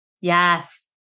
Yes